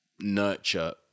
nurture